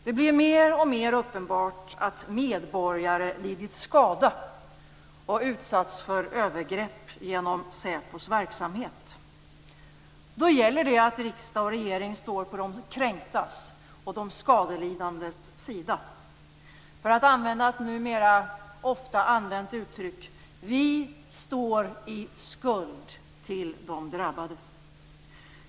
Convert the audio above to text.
Det blir mer och mer uppenbart att medborgare lidit skada och utsatts för övergrepp genom SÄPO:s verksamhet. Då gäller det att riksdag och regering står på de kränktas och de skadelidandes sida. För att använda ett numera ofta använt uttryck: Vi står i skuld till de drabbade.